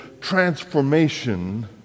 transformation